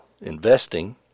investing